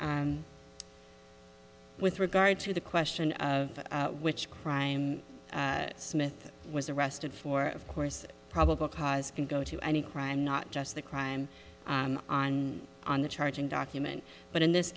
d with regard to the question of which crime smith was arrested for of course probable cause can go to any crime not just the crime on on the charging document but in this